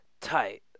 Tight